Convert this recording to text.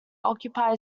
occupy